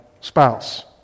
spouse